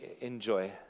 enjoy